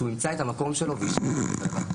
וחייבים לעשות אותה בגלל האחריות לכל מגוון